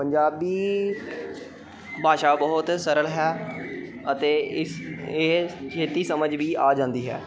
ਪੰਜਾਬੀ ਭਾਸ਼ਾ ਬਹੁਤ ਸਰਲ ਹੈ ਅਤੇ ਇਸ ਇਹ ਛੇਤੀ ਸਮਝ ਵੀ ਆ ਜਾਂਦੀ ਹੈ